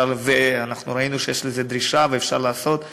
ואנחנו ראינו שיש לזה דרישה ואפשר לעשות,